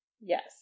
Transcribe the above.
yes